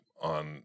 on